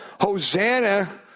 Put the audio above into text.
Hosanna